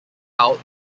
out